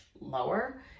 lower